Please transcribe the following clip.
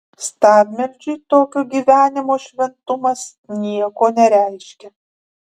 stabmeldžiui tokio gyvenimo šventumas nieko nereiškia